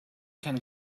can